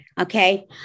okay